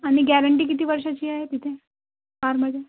अन् गॅरंटी किती वर्षाची आहे तिथे कारमध्ये